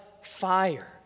fire